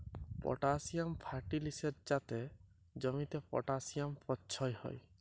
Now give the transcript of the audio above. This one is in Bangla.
পটাসিয়াম ফার্টিলিসের যাতে জমিতে পটাসিয়াম পচ্ছয় হ্যয়